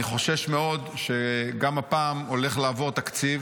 אני חושש מאוד שגם הפעם הולך לעבור תקציב